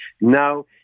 Now